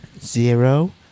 zero